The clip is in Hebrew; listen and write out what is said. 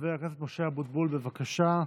חבר הכנסת משה אבוטבול, בבקשה,